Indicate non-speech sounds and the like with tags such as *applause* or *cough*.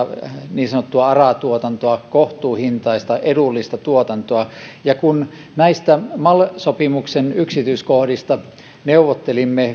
niin sanottua ara tuotantoa kohtuuhintaista edullista tuotantoa kun näistä mal sopimuksen yksityiskohdista neuvottelimme *unintelligible*